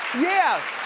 yeah.